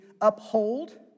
uphold